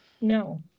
No